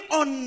on